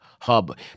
Hub